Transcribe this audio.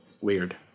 Weird